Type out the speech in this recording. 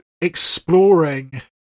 exploring